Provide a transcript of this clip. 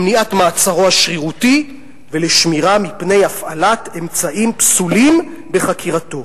למניעת מעצרו השרירותי ולשמירה מפני הפעלת אמצעים פסולים בחקירתו".